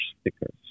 stickers